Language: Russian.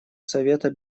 совета